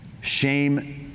Shame